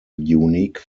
unique